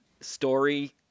story